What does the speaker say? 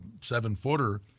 seven-footer